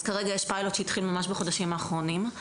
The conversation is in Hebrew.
אז כרגע יש פיילוט שהתחיל ממש בחודשים האחרונים.